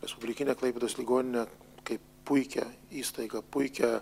respublikinę klaipėdos ligoninę kaip puikią įstaigą puikią